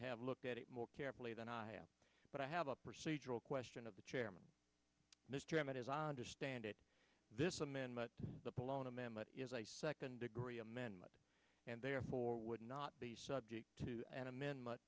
have looked at it more carefully than i have but i have a procedural question of the chairman mr m and as i understand it this amendment the blown amendment is a second degree amendment and therefore would not be subject to an amendment